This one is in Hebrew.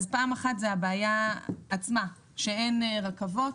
אז בעיה אחת היא שאין את הרכבות,